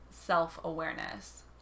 self-awareness